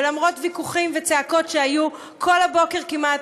ולמרות ויכוחים וצעקות שהיו כל הבוקר כמעט,